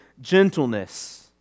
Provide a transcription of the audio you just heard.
gentleness